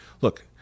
Look